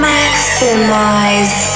Maximize